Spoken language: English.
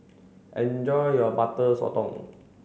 enjoy your butter sotong